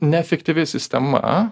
neefektyvi sistema